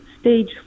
stage